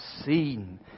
seen